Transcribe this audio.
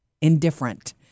indifferent